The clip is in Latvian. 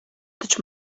taču